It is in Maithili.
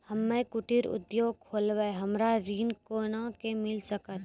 हम्मे कुटीर उद्योग खोलबै हमरा ऋण कोना के मिल सकत?